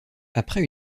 après